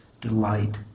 delight